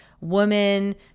woman